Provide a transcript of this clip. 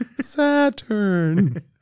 Saturn